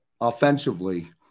offensively